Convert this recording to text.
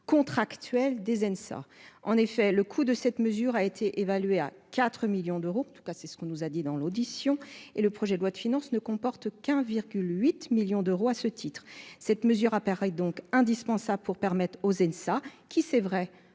contractuels des ça, en effet, le coût de cette mesure a été évaluée à 4 millions d'euros tous cas c'est ce qu'on nous a dit, dans l'audition et le projet de loi de finances ne comporte qu'un virgule 8 millions d'euros, à ce titre, cette mesure apparaît donc indispensable pour permettre aux INSA qui, c'est vrai,